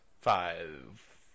Five